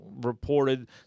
reported